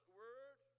word